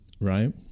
Right